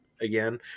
again